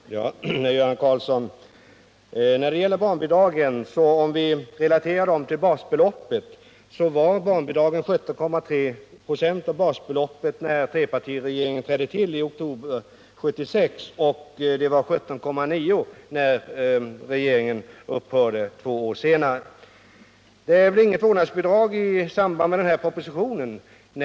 Herr talman! Om vi, Göran Karlsson, skall relatera barnbidragen till basbeloppet vill jag framhålla att barnbidraget var 17,3 96 av basbeloppet när trepartiregeringen trädde till i oktober 1976 och 17,9 96 när trepartiregeringen upphörde två år senare. Det framlades inget förslag om vårdnadsbidrag i samband med den här propositionen, sade Göran Karlsson.